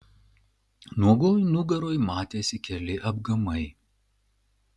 nuogoj nugaroj matėsi keli apgamai